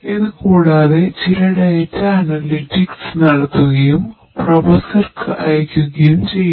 ഇത് കൂടാതെ ചില ഡാറ്റ അനലിറ്റിക്സ് അയയ്ക്കുകയും ചെയ്യുന്നു